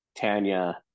Tanya